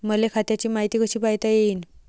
मले खात्याची मायती कशी पायता येईन?